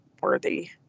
worthy